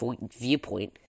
viewpoint